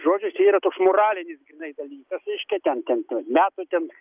žodžiu čia yra toks moralinis grynai dalykas reiškia ten ten ten metų ten